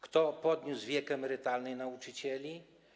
Kto podniósł wiek emerytalny nauczycieli?